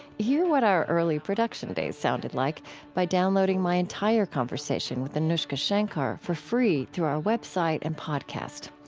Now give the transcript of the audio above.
hear what our early production days sounded like by downloading my entire conversation with anoushka shankar for free through our web site and podcast.